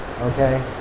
okay